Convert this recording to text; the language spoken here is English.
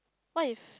what if